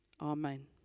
Amen